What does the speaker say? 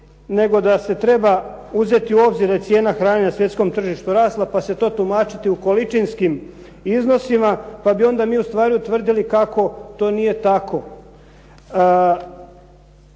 nego da se treba uzeti u obzir da je cijena hrane na svjetskom tržištu rasla, pa se to tumačiti u količinskim iznosima, pa bi onda mi ustvari utvrdili kako to nije tako.